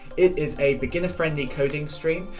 it's a beginner-friendly coding stream,